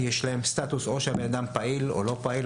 יש להם סטטוס האומר אם הבן אדם פעיל או לא פעיל,